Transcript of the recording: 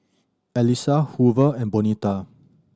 Elisa Hoover and Bonita